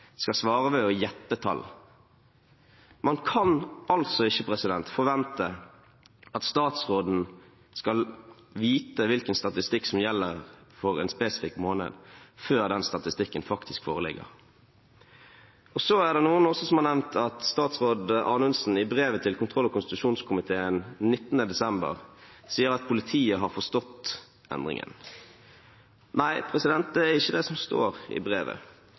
skal svare ved å gjette tall? Man kan altså ikke forvente at statsråden skal vite hvilken statistikk som gjelder for en spesifikk måned før den statistikken faktisk foreligger. Så er det også noen som har nevnt at statsråd Anundsen i brevet til kontroll- og konstitusjonskomiteen 19. desember sier at politiet har forstått endringen. Nei, det er ikke det som står i brevet.